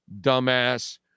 dumbass